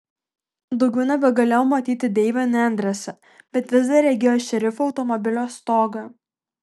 daugiau nebegalėjo matyti deivio nendrėse bet vis dar regėjo šerifo automobilio stogą